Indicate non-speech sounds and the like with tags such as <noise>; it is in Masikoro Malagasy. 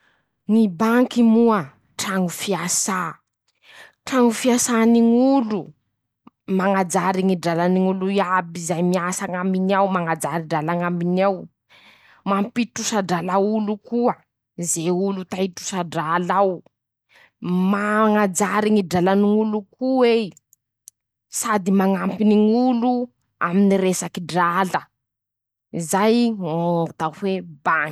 Banky moa. traño fiasà. traño fiasàny ñ'olo mañajary ñy dralany ñ'olo iaby zay miasa añaminy ao mañajary drala añaminy ao. Mampitrosa drala olo koa. ze olo ta-hitrosa drala ao. mañajary ny dralany ñ'olo ko'ey <shushes> sady mañampiny ñ'olo aminy resaky drala. zay ñnn atao hoe banky.